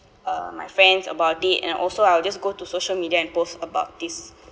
uh my friends about it and also I will just go to social media and post about this